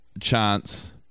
Chance